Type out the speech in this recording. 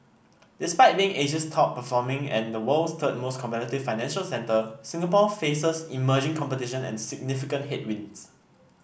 despite being Asia's top performing and the world's third most competitive financial centre Singapore faces emerging competition and significant headwinds